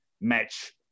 match